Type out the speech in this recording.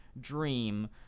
dream